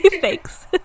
thanks